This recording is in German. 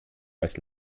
als